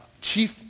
chief